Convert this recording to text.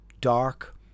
dark